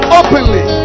openly